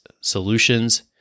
solutions